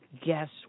guess